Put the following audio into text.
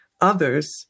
others